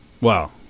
Wow